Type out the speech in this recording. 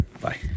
Bye